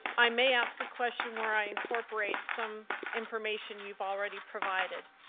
i may ask a question where i incorporate some information you have already provided.